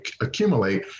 accumulate